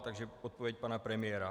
Takže odpověď pana premiéra.